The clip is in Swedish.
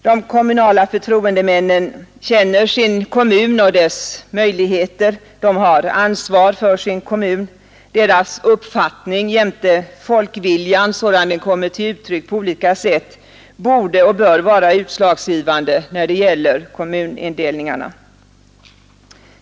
De kommunala förtroendemännen känner sin kommun och dess möjligheter, de har ansvar för sin kommun. Deras uppfattning jämte folkviljan sådan den kommer till uttryck på olika sätt borde och bör vara utslagsgivande när det gäller kommunindelningarna.